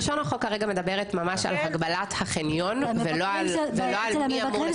לשון החוק כרגע מדברת ממש על הגבלת החניון ולא על מי אמור ל ---.